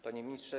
Panie Ministrze!